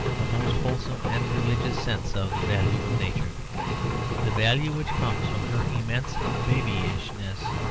the most wholesome and religious sense of the value of nature the value which comes from her immense babyishness.